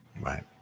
right